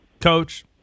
Coach